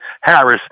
Harris